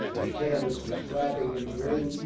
the canvas was flapping in the wind,